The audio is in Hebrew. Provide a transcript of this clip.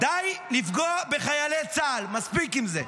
די לפגוע בחיילי צה"ל, מספיק עם זה.